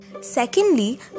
Secondly